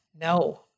No